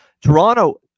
Toronto –